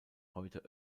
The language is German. heute